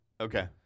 Okay